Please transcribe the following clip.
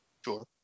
Sure